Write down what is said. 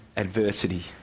Adversity